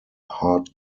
hart